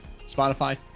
Spotify